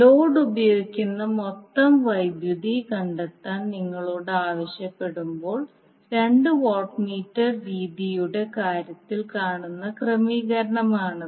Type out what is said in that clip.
load ഉപയോഗിക്കുന്ന മൊത്തം വൈദ്യുതി കണ്ടെത്താൻ നിങ്ങളോട് ആവശ്യപ്പെടുമ്പോൾ രണ്ട് വാട്ട് മീറ്റർ രീതിയുടെ കാര്യത്തിൽ കാണുന്ന ക്രമീകരണമാണിത്